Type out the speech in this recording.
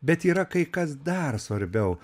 bet yra kai kas dar svarbiau